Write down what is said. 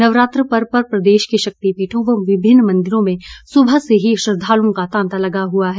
नवरात्र पर्व पर प्रदेश के शक्तिपीठों व विभिन्न मंदिरों में सुबह से ही श्रद्धालुओं का तांता लगा हुआ है